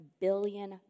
billion